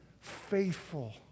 faithful